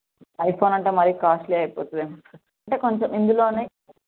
iPhone అంటే మరి costly అవుతుంది ఏమో సార్ అంటే కొంచెం ఇందులో